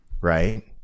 Right